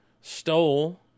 stole